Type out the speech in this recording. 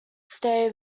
stay